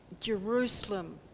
jerusalem